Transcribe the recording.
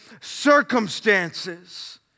circumstances